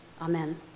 Amen